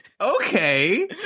Okay